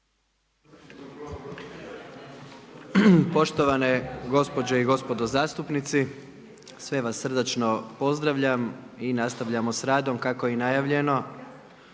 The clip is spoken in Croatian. Poštovane gospođe i gospodo zastupnici, sve vas srdačno pozdravljam i nastavljamo sa radom kako je i najavljeno